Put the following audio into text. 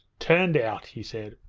turned out he said.